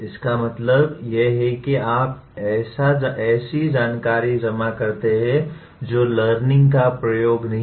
इसका मतलब यह है कि आप ऐसी जानकारी जमा करते हैं जो लर्निंग का पर्याय नहीं है